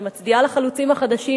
אני מצדיעה לחלוצים החדשים,